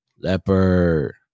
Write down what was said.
Leopard